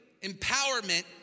empowerment